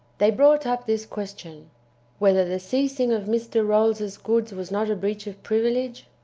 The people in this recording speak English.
they brought up this question whether the seizing of mr. rolls's goods was not a breach of privilege?